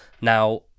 now